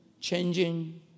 changing